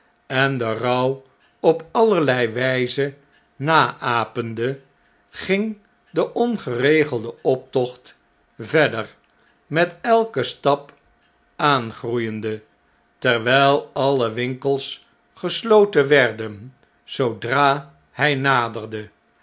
en den rouw op allerlei wjjze naapende ging de ongeregelde optocht verder met elken stap aangroeiende terwijl alle winkels gesloten werden zoodra hjj naderde